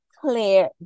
clear